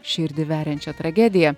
širdį veriančią tragediją